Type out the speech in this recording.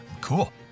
Cool